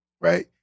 right